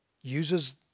uses